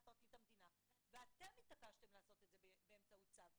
פרקליט המדינה מספר 14.8 ואתם התעקשתם לעשות זאת באמצעות צו.